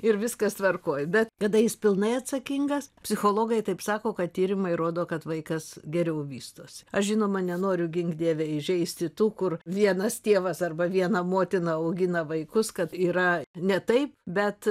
ir viskas tvarkoj bet kada jis pilnai atsakingas psichologai taip sako kad tyrimai rodo kad vaikas geriau vystosi aš žinoma nenoriu gink dieve įžeisti tų kur vienas tėvas arba viena motina augina vaikus kad yra ne taip bet